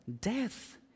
death